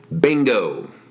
Bingo